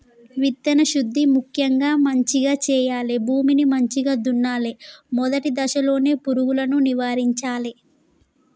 విత్తన శుద్ధి ముక్యంగా మంచిగ చేయాలి, భూమిని మంచిగ దున్నలే, మొదటి దశలోనే పురుగులను నివారించాలే